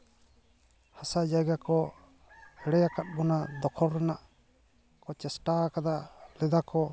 ᱦᱟᱥᱟ ᱡᱟᱭᱜᱟ ᱠᱚ ᱮᱲᱮᱭᱟᱠᱟᱫ ᱵᱚᱱᱟ ᱫᱚᱠᱷᱚᱞ ᱨᱮᱱᱟᱜ ᱠᱚ ᱪᱮᱥᱴᱟ ᱟᱠᱟᱫᱟ ᱞᱮᱫᱟᱠᱚ